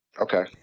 Okay